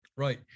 Right